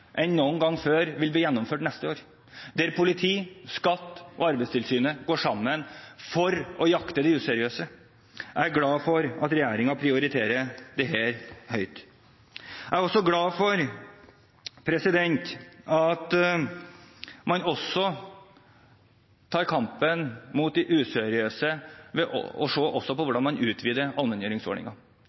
enn noen gang før vil bli gjennomført neste år, der politiet, Skatteetaten og Arbeidstilsynet går sammen for å jakte på de useriøse. Jeg er glad for at regjeringen prioriterer dette høyt. Jeg er også glad for at man tar opp kampen mot de useriøse ved å se på hvordan man utvider